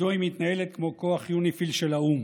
מדוע היא מתנהלת כמו כוח יוניפי"ל של האו"ם?